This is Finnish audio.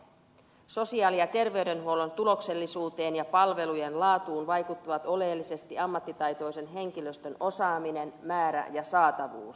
sosiaali ja terveydenhuollon tuloksellisuuteen ja palvelujen laatuun vaikuttavat oleellisesti ammattitaitoisen henkilöstön osaaminen määrä ja saatavuus